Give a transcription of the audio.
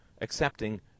accepting